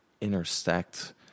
intersect